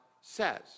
says